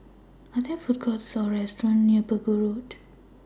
Are There Food Courts Or restaurants near Pegu Road